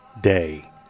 day